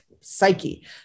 psyche